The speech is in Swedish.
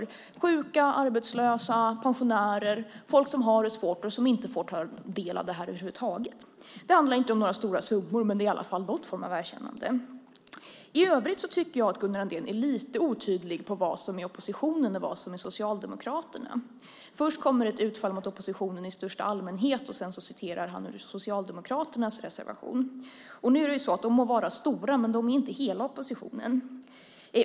Det är sjuka, arbetslösa, pensionärer och folk som har det svårt som inte får ta del av det här över huvud taget. Det handlar inte om några stora summor. Men det är i alla fall någon form av erkännande. I övrigt tycker jag att Gunnar Andrén är lite otydlig med vad som är oppositionen och vad som är Socialdemokraterna. Först kommer ett utfall mot oppositionen i största allmänhet. Sedan citerar han ur Socialdemokraternas reservation. De må vara stora, men de är inte hela oppositionen.